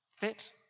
Fit